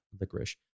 Licorice